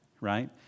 right